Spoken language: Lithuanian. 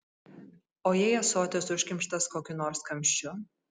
o jei ąsotis užkimštas kokiu nors kamščiu